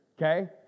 okay